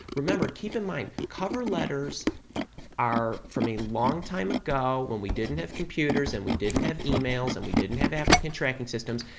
remember, keep in mind, like cover letters are from a long time ago when we didn't have computers and we didn't have emails and we didn't have application tracking systems,